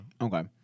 Okay